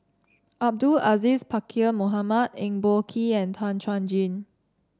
Abdul Aziz Pakkeer Mohamed Eng Boh Kee and Tan Chuan Jin